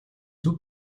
зөв